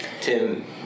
Tim